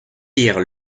pire